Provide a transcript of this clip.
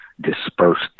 dispersed